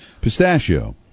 Pistachio